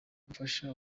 umufasha